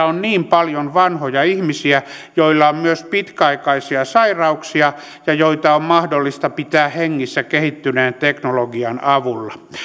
on niin paljon vanhoja ihmisiä joilla on myös pitkäaikaisia sairauksia ja joita on mahdollista pitää hengissä kehittyneen teknologian avulla